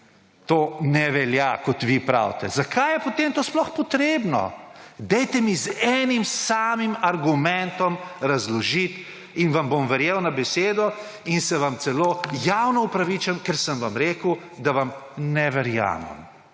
to ne velja, kot vi pravite? Zakaj je potem to sploh potrebno? Dajte mi z enim samim argumentom razložiti in vam bom verjel na besedo in se vam celo javno opravičim, ker sem vam rekel, da vam ne verjamem